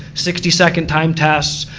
sixty second time tests.